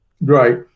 Right